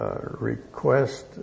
request